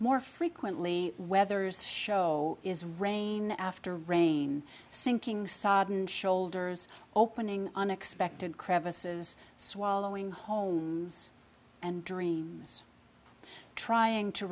more frequently weathers show is rain after rain sinking sodden shoulders opening unexpected crevices swallowing home and dreams trying to